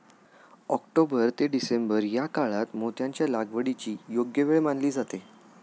October ते December या काळात मोत्यांच्या लागवडीची योग्य वेळ मानली जाते